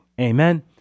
Amen